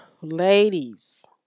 Ladies